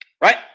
right